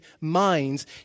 minds